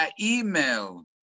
email